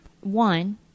One